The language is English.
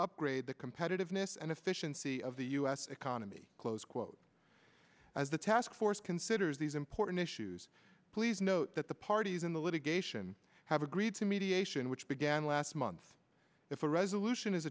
upgrade the competitiveness and efficiency of the u s economy close quote as the task force considers these important issues please note that the parties in the litigation have agreed to mediation which began last month if a resolution